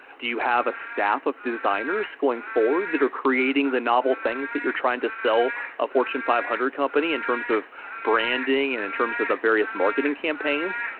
do you have a staff of designers going forward that are creating the novel things that you're trying to sell a fortune five hundred company in terms of branding and in terms of the various marketing campaigns,